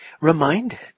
reminded